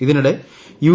ഇതിനിടെ യു